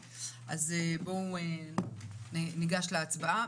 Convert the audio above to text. ניגש להצבעה.